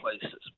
places